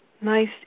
Nice